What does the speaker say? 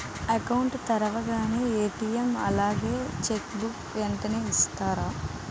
Account తెరవగానే ATM అలాగే cheque book వెంటనే ఇస్తారా?